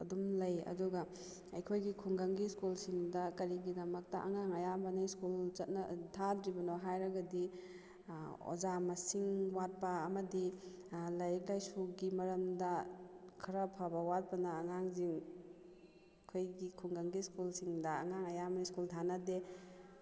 ꯑꯗꯨꯝ ꯂꯩ ꯑꯗꯨꯒ ꯑꯩꯈꯣꯏꯒꯤ ꯈꯨꯡꯒꯪꯒꯤ ꯁ꯭ꯀꯨꯜꯁꯤꯡꯗ ꯀꯔꯤꯒꯤꯗꯃꯛꯇ ꯑꯉꯥꯡ ꯑꯌꯥꯝꯕꯅ ꯁ꯭ꯀꯨꯜ ꯊꯥꯗ꯭ꯔꯤꯕꯅꯣ ꯍꯥꯏꯔꯒꯗꯤ ꯑꯣꯖꯥ ꯃꯁꯤꯡ ꯋꯥꯠꯄ ꯑꯃꯗꯤ ꯂꯥꯏꯔꯤꯛ ꯂꯥꯏꯁꯨꯒꯤ ꯃꯔꯝꯗ ꯈꯔ ꯐꯕ ꯋꯥꯠꯄꯅ ꯑꯉꯥꯡꯁꯤꯡ ꯑꯩꯈꯣꯏꯒꯤ ꯈꯨꯡꯒꯪꯒꯤ ꯁ꯭ꯀꯨꯜꯁꯤꯡꯗ ꯑꯉꯥꯡ ꯑꯌꯥꯝꯕ ꯁ꯭ꯀꯨꯜ ꯊꯥꯅꯗꯦ